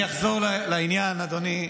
אני אחזור לעניין, אדוני.